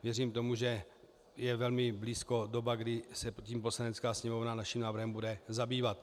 Věřím tomu, že je velmi blízko doba, kdy se bude Poslanecká sněmovna naším návrhem zabývat.